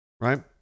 Right